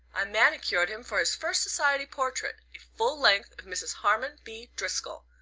i manicured him for his first society portrait a full-length of mrs. harmon b. driscoll.